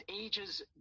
ages